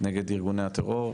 נגד ארגוני הטרור,